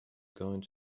going